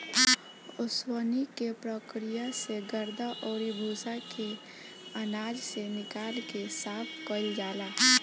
ओसवनी के प्रक्रिया से गर्दा अउरी भूसा के आनाज से निकाल के साफ कईल जाला